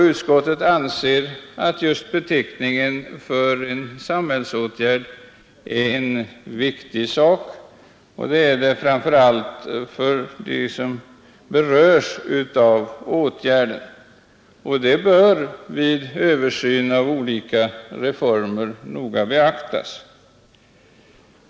Utskottet anser att just beteckningen för en samhällsåtgärd är en viktig sak, framför allt för dem som berörs av åtgärden. Detta bör vid översyn av olika reformer noga beaktas.